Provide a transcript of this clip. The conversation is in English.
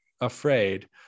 afraid